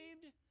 saved